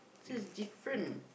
so is different